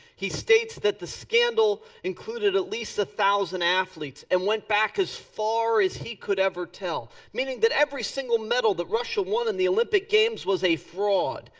he states that the scandal included at least one thousand athletes and went back as far as he could ever tell. meaning that every single medal that russia won in the olympic games was a fraud.